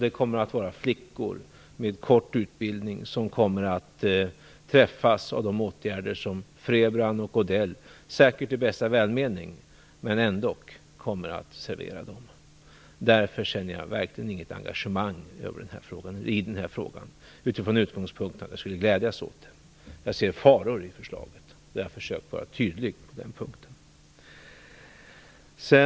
Det kommer att vara flickor med kort utbildning som kommer att träffas av de åtgärder som Frebran och Odell - säkert i bästa välmening, men ändock - kommer att servera dem. Därför känner jag verkligen inte något engagemang i den här frågan utifrån utgångspunkten att jag skulle glädjas åt den. Jag ser faror i förslaget. Därför har jag försökt att vara tydlig på den punkten.